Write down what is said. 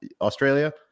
Australia